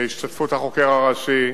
בהשתתפות החוקר הראשי,